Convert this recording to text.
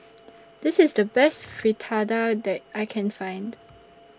This IS The Best Fritada that I Can Find